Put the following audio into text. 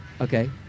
Okay